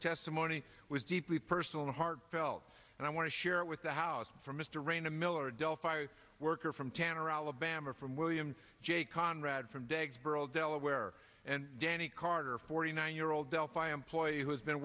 testimony was deeply personal heartfelt and i want to share it with the house from mr raina miller delphi worker from tanner alabama from william j conrad from delaware and danny carter forty nine year old delphi employee who has been